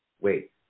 wait